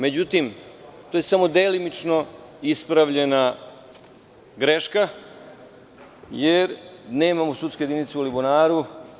Međutim, tu je samo delimično ispravljena greška jer nemamo sudsku jedinicu u Alibunaru.